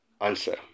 answer